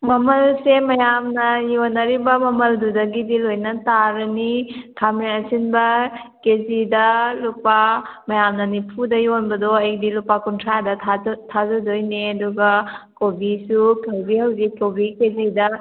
ꯃꯃꯜꯁꯦ ꯃꯌꯥꯝꯅ ꯌꯣꯟꯅꯔꯤꯕ ꯃꯃꯜꯗꯨꯗꯒꯤꯗꯤ ꯂꯣꯏꯅ ꯇꯥꯔꯅꯤ ꯈꯥꯃꯦꯟ ꯑꯁꯤꯟꯕ ꯀꯦꯖꯤꯗ ꯂꯨꯄꯥ ꯃꯌꯥꯝꯅ ꯅꯤꯐꯨꯗ ꯌꯣꯟꯕꯗꯣ ꯑꯩꯗꯤ ꯂꯨꯄꯥ ꯀꯨꯟꯊ꯭ꯔꯥꯗ ꯊꯥꯖꯗꯣꯏꯅꯦ ꯑꯗꯨꯒ ꯀꯣꯕꯤꯁꯨ ꯀꯣꯕꯤ ꯍꯧꯖꯤꯛ ꯀꯣꯕꯤ ꯀꯦꯖꯤꯗ